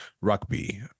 rugby